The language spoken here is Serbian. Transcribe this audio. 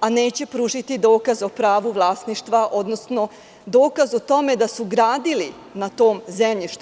a neće pružiti dokaz o pravu vlasništva, odnosno dokaz o tome da su gradili na tom zemljištu.